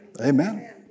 Amen